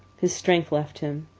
his strength left him,